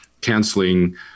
canceling